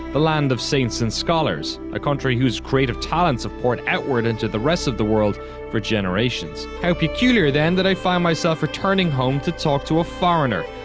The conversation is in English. the land of saints and scholars. a country who's creative talents have poured outward into the rest of the world for generations. how peculiar, then, that i find myself returning home to talk to a foreigner.